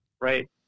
Right